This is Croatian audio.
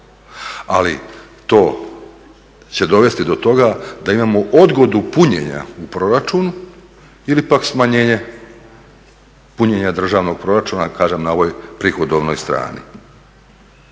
Ali to će dovesti do toga da imamo odgodu punjenja u proračunu ili pak smanjenje punjenja državnog proračuna kažem na ovoj prihodovnoj strani.